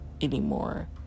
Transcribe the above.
anymore